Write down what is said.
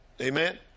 Amen